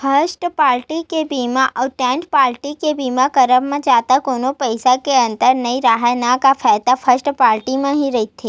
first party के बीमा अउ थर्ड पाल्टी के बीमा करवाब म जादा कोनो पइसा के अंतर नइ राहय न गा फायदा फस्ट पाल्टी म ही रहिथे